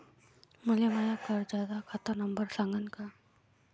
मले माया कर्जाचा खात नंबर सांगान का?